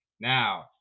Now